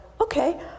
okay